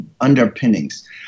underpinnings